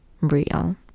real